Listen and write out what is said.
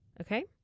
Okay